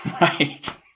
right